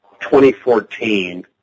2014